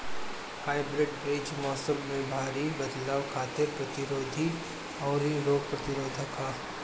hybrid बीज मौसम में भारी बदलाव खातिर प्रतिरोधी आउर रोग प्रतिरोधी ह